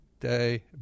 day